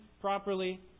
properly